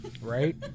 Right